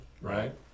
right